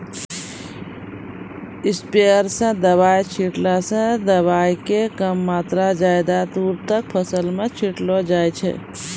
sprayer स दवाय छींटला स दवाय के कम मात्रा क ज्यादा दूर तक फसल मॅ छिटलो जाय छै